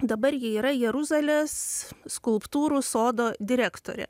dabar ji yra jeruzalės skulptūrų sodo direktorė